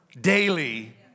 daily